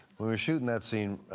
we were shooting that scene.